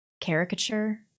caricature